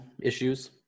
issues